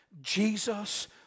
Jesus